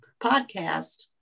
podcast